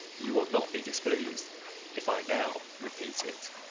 you will not be displeased if i now repeat it.